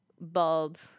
bald